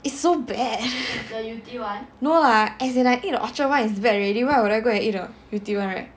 it's so bad no lah as in I think the orchard [one] is bad already why would I and eat the yew tee [one] right